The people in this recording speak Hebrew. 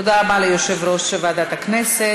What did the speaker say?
תודה רבה ליושב-ראש ועדת הכנסת,